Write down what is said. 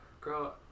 Girl